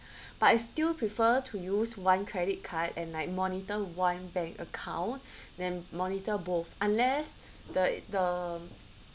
but I still prefer to use one credit card and like monitor one bank account than monitor both unless the the